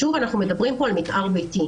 שוב, אנחנו מדברים פה על מתאר ביתי.